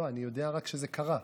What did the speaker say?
לא, אני רק יודע שזה קרה,